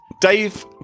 Dave